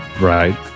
right